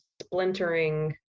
splintering